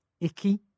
icky